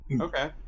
okay